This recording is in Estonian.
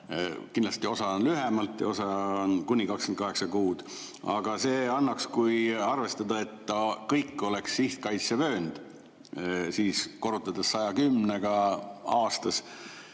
Kindlasti osa on lühemalt ja osa on kuni 28 kuud. Aga kui arvestada, et kõik oleks sihtkaitsevöönd, ja korrutada 110-ga aastas,